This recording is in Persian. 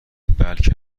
بلکه